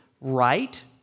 right